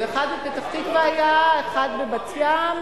אחד היה בפתח-תקווה, אחד בבת-ים,